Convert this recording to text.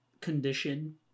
condition